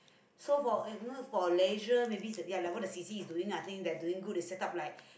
so for uh for leisure maybe ya like what the C_C is doing I think they are doing good they set up like